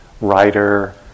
writer